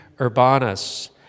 Urbanus